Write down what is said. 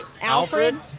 Alfred